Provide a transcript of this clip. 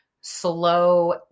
slow